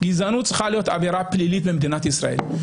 גזענות צריכה להיות עבירה פלילית במדינת ישראל,